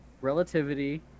relativity